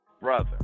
brother